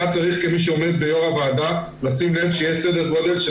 אתה צריך כמי שעומד בראש הוועדה לשים לב שיש סדר גודל של